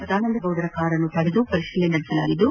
ಸದಾನಂದಗೌಡರ ಕಾರನ್ನು ತಡೆದು ಪರಿಶೀಲನೆ ನಡೆಸಲಾಗಿದ್ದು